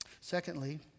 Secondly